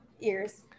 ears